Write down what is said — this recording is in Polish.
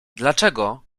dlaczego